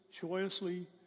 joyously